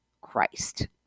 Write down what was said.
Christ